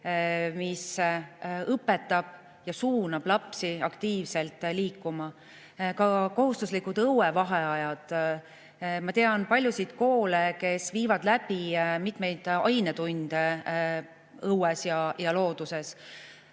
mis õpetab ja suunab lapsi aktiivselt liikuma. Ka kohustuslikud õuevaheajad. Ma tean paljusid koole, kes viivad läbi mitmeid ainetunde õues ja looduses.